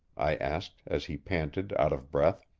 i asked, as he panted, out of breath.